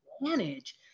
manage